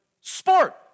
sport